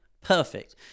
Perfect